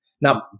Now